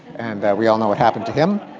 and we all know what happened to him.